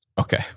Okay